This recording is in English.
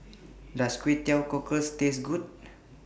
Does Kway Teow Cockles Taste Good